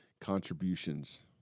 contributions